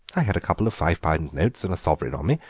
i had a couple of five-pound notes and a sovereign on me,